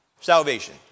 Salvation